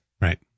right